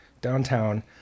downtown